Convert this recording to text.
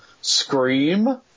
scream